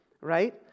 right